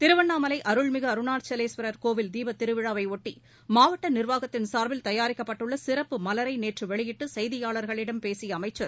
திருவண்ணாமலை அருள்மிகு அருணாசலேஸ்வரர் கோவில் தீபத் திருவிழாவை ஒட்டி மாவட்ட நிர்வாகத்தின் சார்பில் தயாரிக்கப்பட்டுள்ள சிறப்பு மலரை நேற்று வெளியிட்டு செய்தியாளர்களிடம் பேசிய அமைச்சர்